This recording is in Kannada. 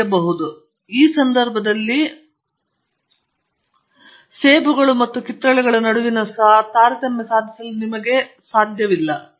ಆದ್ದರಿಂದ ಈ ಸಂದರ್ಭದಲ್ಲಿ ಸೇಬುಗಳು ಮತ್ತು ಕಿತ್ತಳೆಗಳ ನಡುವೆ ತಾರತಮ್ಯ ಸಾಧಿಸಲು ನಿಮಗೆ ಮುಖ್ಯವಾಗಿದೆ ಎಂದು ನಾನು ಭಾವಿಸುತ್ತೇನೆ